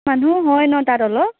মানুহও হয় ন তাত অলপ